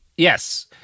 Yes